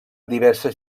diverses